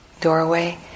Doorway